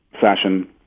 fashion